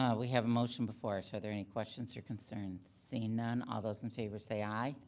um we have a motion before us. are there any questions or concerns? seeing none, all those in favor say aye.